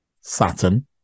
saturn